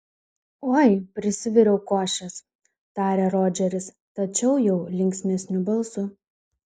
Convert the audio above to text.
oi prisiviriau košės tarė rodžeris tačiau jau linksmesniu balsu